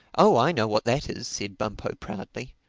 oh i know what that is, said bumpo proudly.